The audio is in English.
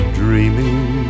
dreaming